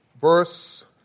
verse